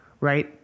Right